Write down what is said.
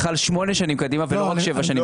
זה חל שמונה שנים קדימה ולא רק שבע שנים קדימה.